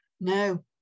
No